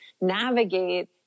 navigate